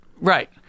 Right